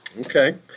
Okay